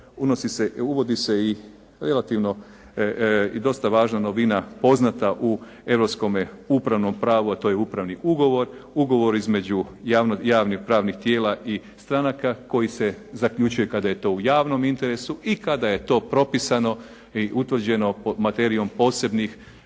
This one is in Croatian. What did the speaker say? Uvodi se i relativno i dosta važna novina, poznata u europskome upravnom pravu, a to je upravni ugovor, ugovor između javnih pravnih tijela i stranaka koji se zaključuje kada je to u javnom interesu i kada je to propisano i utvrđeno materijom posebnih